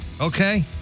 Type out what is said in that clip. Okay